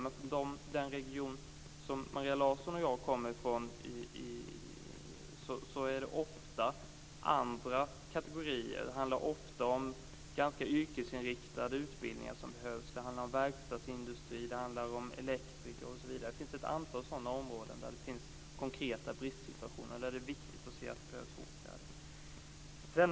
Men i den region som Maria Larsson och jag kommer från handlar det ofta om andra kategorier. Det är ofta ganska yrkesinriktade utbildningar som behövs. Det handlar om verkstadsindustrin. Det handlar om elektriker osv. Det finns ett antal områden där det finns konkreta bristsituationer. Det är viktigt att se att det behövs åtgärder.